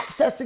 accessing